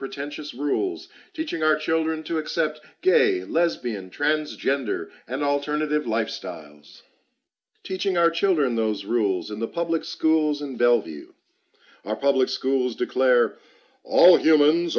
pretentious rules teaching our children to accept gay lesbian transgender and alternative lifestyles teaching our children those rules in the public schools in bellevue our public schools declare all humans